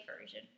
version